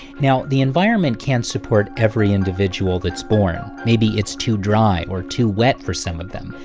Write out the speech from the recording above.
now, the environment can't support every individual that's born. maybe it's too dry or too wet for some of them,